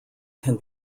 can